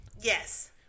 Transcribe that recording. yes